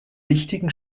wichtigen